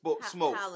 smoke